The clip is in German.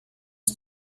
nun